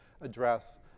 address